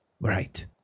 Right